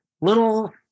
little